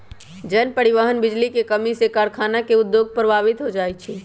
जन, परिवहन, बिजली के कम्मी से कारखाना के उद्योग प्रभावित हो जाइ छै